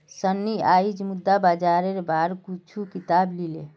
सन्नी आईज मुद्रा बाजारेर बार कुछू किताब ली ले